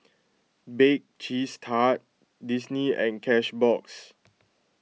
Bake Cheese Tart Disney and Cashbox